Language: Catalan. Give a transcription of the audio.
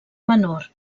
menor